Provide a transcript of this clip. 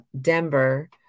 Denver